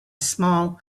small